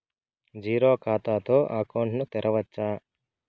Zero ఖాతా తో account ను తెరవచ్చా?